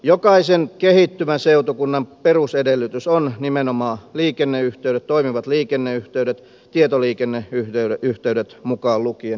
jokaisen kehittyvän seutukunnan perusedellytys on nimenomaan toimivat liikenneyhteydet tietoliikenneyhteydet mukaan lukien